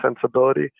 sensibility